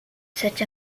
such